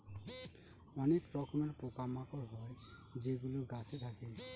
অনেক রকমের পোকা মাকড় হয় যেগুলো গাছে থাকে